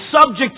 subject